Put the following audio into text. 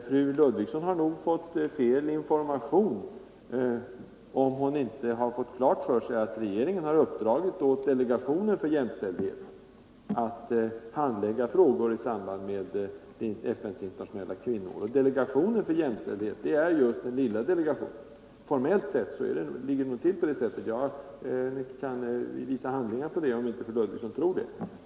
Fru Ludvigsson har nog fått fel information, om hon inte har fått klart för sig att regeringen har uppdragit åt delegationen för jämställdhet att handlägga frågor i samband med FN:s internationella kvinnoår. Jag har handlingar som visar det, om fru Ludvigsson inte tror det. Delegationen för jämställdhet är just den lilla delegationen.